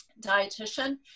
dietitian